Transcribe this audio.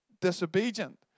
disobedient